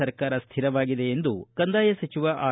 ಸರ್ಕಾರ ಸ್ವಿರವಾಗಿದೆ ಎಂದು ಕಂದಾಯ ಸಚಿವಆರ್